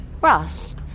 Ross